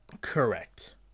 Correct